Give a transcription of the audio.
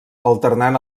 alternant